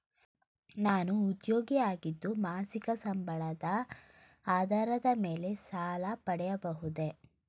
ನಾನು ಉದ್ಯೋಗಿ ಆಗಿದ್ದು ಮಾಸಿಕ ಸಂಬಳದ ಆಧಾರದ ಮೇಲೆ ಸಾಲ ಪಡೆಯಬಹುದೇ?